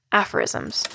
aphorisms